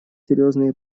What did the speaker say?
серьезные